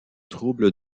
troubles